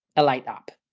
a light app.